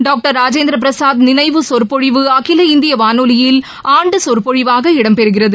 doctor Rajendra Prasad நினைவு சொற்டொழிவு அகில இந்திய வானொலியில் ஆண்டு சொற்பொழிவாக இடம் பெறுகிறது